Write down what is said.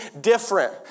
different